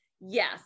Yes